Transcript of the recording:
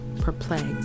perplexed